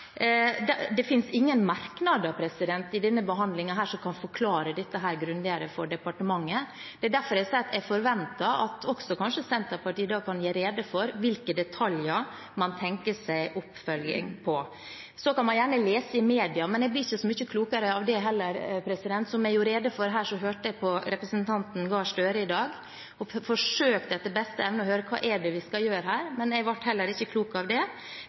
Det finnes ingen merknader i forbindelse med denne behandlingen som kan forklare dette grundigere for departementet. Det er derfor jeg sier at jeg forventer at kanskje også Senterpartiet kan gjøre rede for hvilke detaljer man tenker seg en oppfølging av. Man kan gjerne lese i media, men jeg blir ikke så mye klokere av det heller. Som jeg gjorde rede for her, hørte jeg på representanten Gahr Støre i dag og forsøkte etter beste evne å høre hva vi skal gjøre her, men jeg ble heller ikke klok av det.